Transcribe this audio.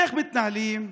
איך מתנהלים?